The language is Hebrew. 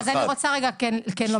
שנייה אז אני רוצה רגע כן לומר.